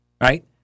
right